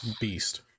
beast